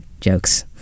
jokes